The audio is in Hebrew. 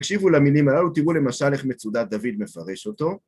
תקשיבו למינים הללו, תראו למשל איך מצודת דוד מפרש אותו.